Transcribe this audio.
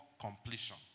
completion